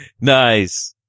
nice